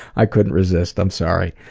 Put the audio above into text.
i couldn't resist. i'm sorry.